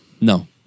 No